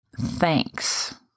Thanks